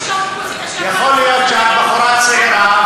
יכול להיות שאת בחורה צעירה,